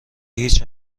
هیچ